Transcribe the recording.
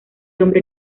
hombre